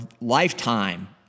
lifetime